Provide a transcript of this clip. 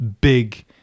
big